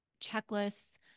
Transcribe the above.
checklists